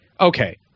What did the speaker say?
okay